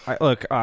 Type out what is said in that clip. Look